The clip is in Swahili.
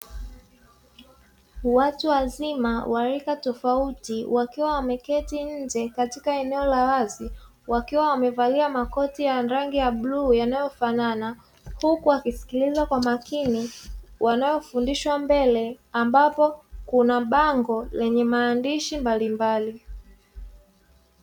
Watu wazima wa rika tofauti wakiwa wameketi nje katika eneo la wazi wakiwa wamevalia makoti ya rangi ya bluu yanayofanana, huku wakisikiliza kwa makini wanayofundishwa mbele ambapo kuna bango lenye maandishi mbalimbali.